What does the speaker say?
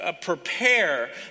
prepare